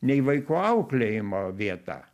nei vaikų auklėjimo vieta